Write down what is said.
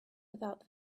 without